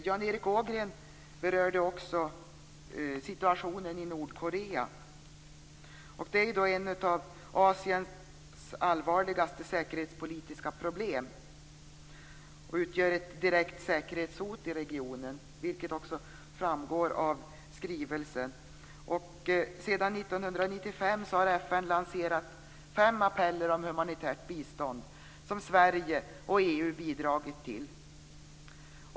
Jan Erik Ågren berörde också situationen i Nordkorea, som är ett av Asiens allvarligaste säkerhetspolitiska problem och utgör ett direkt säkerhetshot i regionen. Detta framgår också av skrivelsen. Sedan 1995 har FN lanserat fem appeller om humanitärt bistånd som Sverige och EU bidragit till.